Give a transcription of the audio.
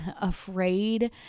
afraid